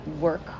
work